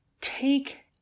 take